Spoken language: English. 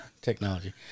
Technology